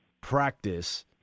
practice